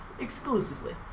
Exclusively